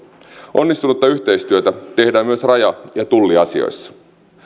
onnistunutta yhteistyötä tehdään myös raja ja tulliasioissa